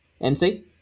MC